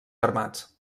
armats